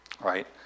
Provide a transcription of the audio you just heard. right